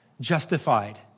justified